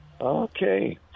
Okay